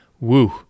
Woo